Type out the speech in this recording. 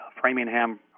Framingham